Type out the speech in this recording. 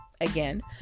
again